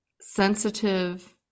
sensitive